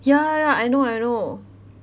ya ya I know I know